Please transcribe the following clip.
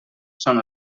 són